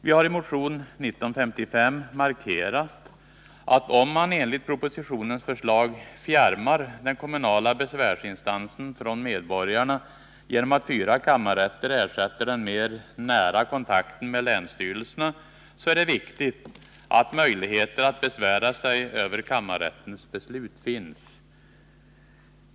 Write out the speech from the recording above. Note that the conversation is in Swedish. Vi har i motion 1955 markerat att om man enligt propositionens förslag fjärmar den kommunala besvärsinstansen från medborgarna genom att fyra kammarrätter ersätter den mer ”nära” kontakten med länsstyrelserna, så är det viktigt att behålla möjligheten att besvära sig över kammarrättens beslut.